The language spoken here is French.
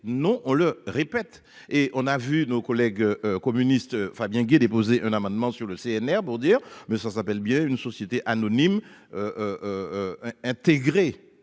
Non, on le répète et on a vu nos collègues communistes Fabien Gay déposer un amendement sur le CNR pour dire mais ça s'appelle bien une société anonyme. Hein. Intégré.